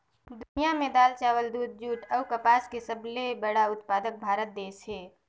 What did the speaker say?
दुनिया में दाल, चावल, दूध, जूट अऊ कपास के सबले बड़ा उत्पादक भारत देश हे